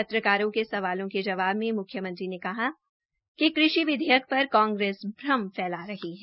पत्रकारों के सवालों के जवाब में मुख्यमंत्री ने कहा कि कृषि विधेयक पर कांग्रेस भ्रम फैला रही है